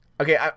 Okay